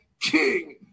king